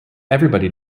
everybody